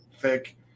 thick